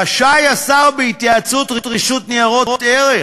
רשאי השר, בהתייעצות עם רשות ניירות ערך,